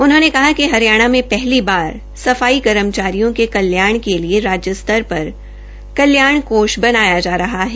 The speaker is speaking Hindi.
उन्होंने कहा कि हरियाणा में पहली बार सफाई कर्मचारियों के कल्याण के लिए राज्य स्तर पर कल्याण कोष बनाया जा रहा हैं